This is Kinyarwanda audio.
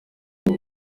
uwo